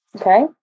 Okay